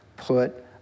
Put